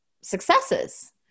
successes